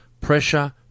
pressure